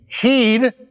heed